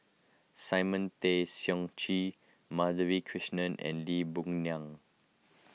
Simon Tay Seong Chee Madhavi Krishnan and Lee Boon Ngan